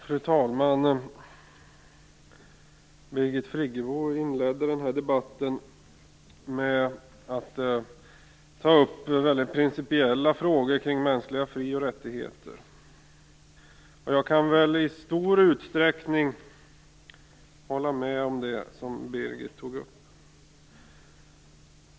Fru talman! Birgit Friggebo inledde denna debatt med att ta upp väldigt principiella frågor kring mänskliga fri och rättigheter. Jag kan väl i stor utsträckning hålla med om det som hon tog upp.